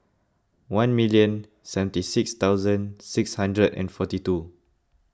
one million seventy six thousand six hundred and forty two